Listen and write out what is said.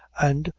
and,